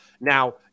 Now